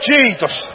Jesus